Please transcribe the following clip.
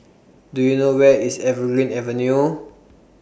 Do YOU know Where IS Evergreen Avenue